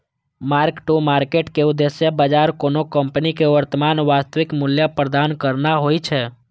mark to market के उद्देश्य बाजार कोनो कंपनीक वर्तमान वास्तविक मूल्य प्रदान करना होइ छै